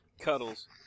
Cuddles